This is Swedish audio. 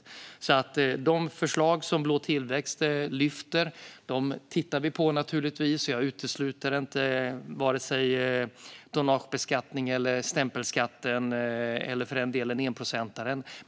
Vi tittar naturligtvis på de förslag som Blå tillväxt har lyft fram. Jag utesluter varken tonnagebeskattning, stämpelskatt eller, för den delen, enprocentaren.